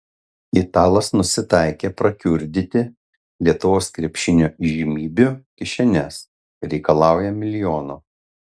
italas nusitaikė prakiurdyti lietuvos krepšinio įžymybių kišenes reikalauja milijonų